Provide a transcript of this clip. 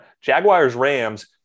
Jaguars-Rams